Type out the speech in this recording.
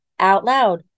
OUTLOUD